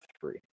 three